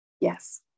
Yes